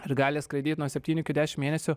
ir gali skraidyti nuo septynių iki dešimt mėnesių